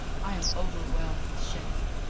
i am overwhelmed with shame.